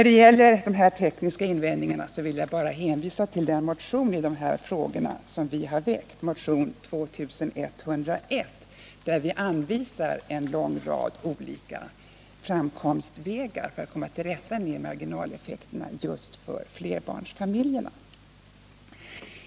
Beträffande de tekniska invändningarna vill jag hänvisa till motionen 2101, som behandlar dessa frågor. I den anvisar vi en lång rad olika framkomstvägar för att komma till rätta med marginaleffekterna just för flerbarnsfamiljerna.